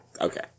Okay